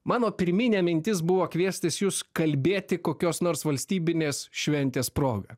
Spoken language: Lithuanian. mano pirminė mintis buvo kviestis jus kalbėti kokios nors valstybinės šventės proga